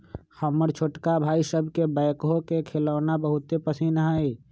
हमर छोटका भाई सभके बैकहो के खेलौना बहुते पसिन्न हइ